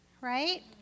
right